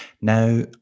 Now